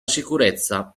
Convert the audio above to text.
sicurezza